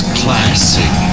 classic